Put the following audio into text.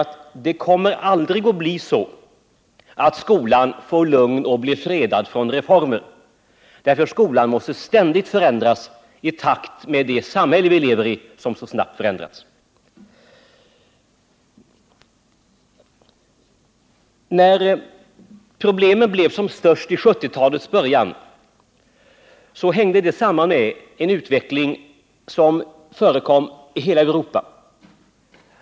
Men det kommer aldrig att bli så att skolan får lugn och blir fredad från reformer, därför att skolan måste ständigt förändras i takt med de övriga snabba förändringarna i samhället. Att problemen blev som störst vid 1970-talets början hängde samman med en utveckling som förekom i hela Europa.